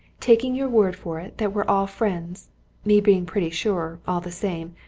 taking your word for it that we're all friends me being pretty sure, all the same,